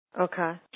Okay